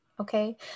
Okay